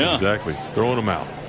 exactly, throwing him out.